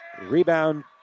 Rebound